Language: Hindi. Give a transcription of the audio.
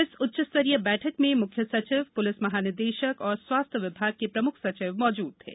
इस उच्चस्तरीय बैठक में मुख्य सचिव पुलिस महानिदेशक और स्वास्थ्य विभाग के प्रमुख सचिव मौजूद थे